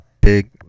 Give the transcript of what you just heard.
big